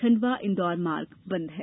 खंडवा इन्दौर मार्ग बंद है